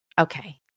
Okay